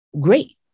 great